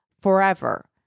forever